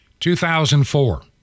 2004